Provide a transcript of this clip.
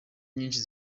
nyinshi